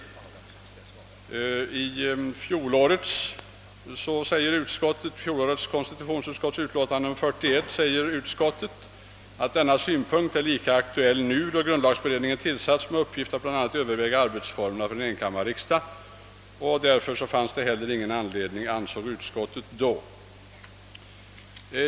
Med anledning av en motion i fjol framhöll konstitutionsutskottet i sitt utlåtande nummer 41 år 1966, att den synpunkt som utskottet anfört föregående år var »lika aktuell nu då grundlagberedningen tillsatts med uppgift att bl.a. överväga arbetsformerna för en enkammarriksdag» och att det därför inte fanns några skäl att vidtaga någon åtgärd med anledning av den föreliggande motionen.